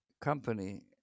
company